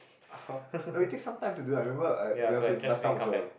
ah [huh] when we take some time to do I remember I while in Batam was a